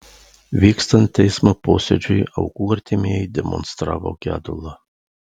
vykstant teismo posėdžiui aukų artimieji demonstravo gedulą